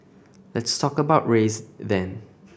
let's talk about race then